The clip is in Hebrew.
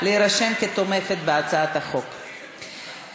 הצעת חוק לתיקון פקודת העדה הדתית (המרה)